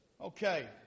Okay